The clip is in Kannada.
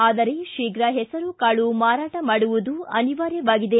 ಆದರೆ ಶೀಘ್ರ ಹೆಸರು ಕಾಳು ಮಾರಾಟ ಮಾಡುವುದು ಅನಿವಾರ್ಯವಾಗಿದೆ